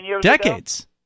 Decades